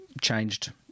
changed